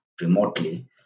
remotely